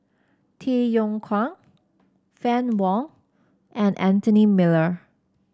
Tay Yong Kwang Fann Wong and Anthony Miller